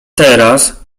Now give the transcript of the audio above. teraz